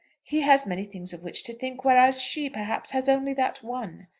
he has many things of which to think whereas she, perhaps, has only that one.